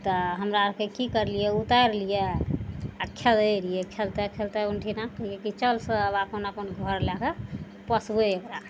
तऽ हमरा अरके की करलियै उतारि लियै आओर खेलय रहियइ खेलते खेलते उन्ठीना कहियइ की चल सब आब अपन घर लए कऽ पोसबय ओकरा